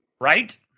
Right